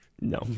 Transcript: No